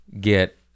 get